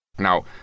Now